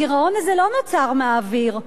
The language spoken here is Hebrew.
הגירעון הזה לא נוצר מהאוויר,